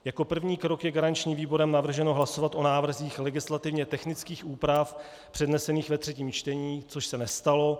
Jako první krok je garančním výborem navrženo hlasovat o návrzích legislativně technických úprav přednesených ve třetím čtení což se nestalo.